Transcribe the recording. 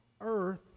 earth